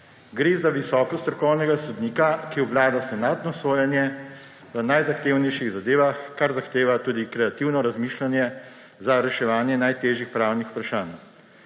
Gre za visoko strokovnega sodnika, ki obvlada senatno sojenje v najzahtevnejših zadevah, kar zahteva tudi kreativno razmišljanje za reševanje najtežjih pravnih vprašanj.